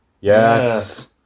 yes